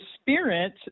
spirit